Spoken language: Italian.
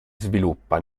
sviluppa